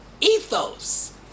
ethos